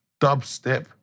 dubstep